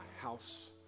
house